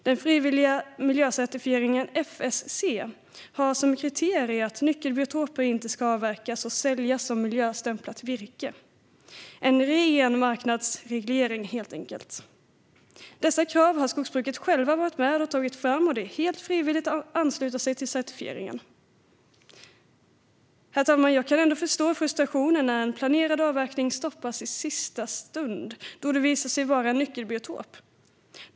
Den frivilliga miljöcertifieringen FSC har som kriterium att nyckelbiotoper inte ska avverkas och säljas som miljöstämplat virke - en ren marknadsreglering, helt enkelt. Dessa krav har skogsbruket själva varit med och tagit fram, och det är helt frivilligt att ansluta sig till certifieringen. Jag kan förstå frustrationen när en planerad avverkning stoppas i sista stund då det visar sig vara en nyckelbiotop.